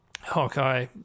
Hawkeye